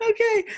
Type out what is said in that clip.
Okay